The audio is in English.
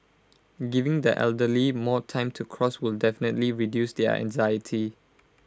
giving the elderly more time to cross will definitely reduce their anxiety